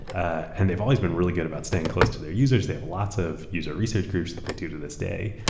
ah and they've always been really good about staying close to their users. they have lots of user research groups that they do to this day.